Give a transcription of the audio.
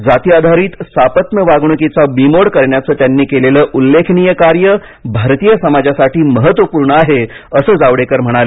जाती आधारित सापत्न वागणुकीचा बिमोड करण्याचं त्यांनी केलेलं उल्लेखनीय कार्य भारतीय समाजासाठी म्हत्वपूर्ण आहे असं जावडेकर म्हणाले